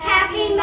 Happy